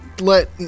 let